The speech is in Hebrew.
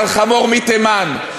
או על חמור מתימן.